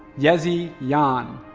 yezi yan.